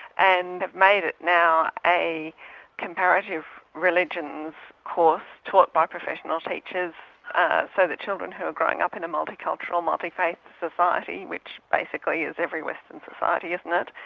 and made it now a comparative religions course taught by professional teachers so that children who are growing up in a multicultural, multi-faith society, which basically is every western society, isn't it,